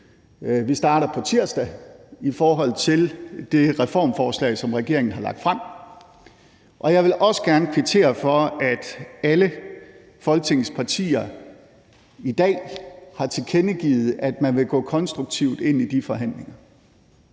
vi starter på tirsdag – i forhold til det reformforslag, som regeringen har lagt frem. Og jeg vil også gerne kvittere for, at alle Folketingets partier i dag har tilkendegivet, at man vil gå konstruktivt ind i de forhandlinger.